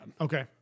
Okay